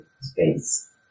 space